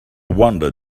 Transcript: wonder